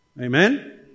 Amen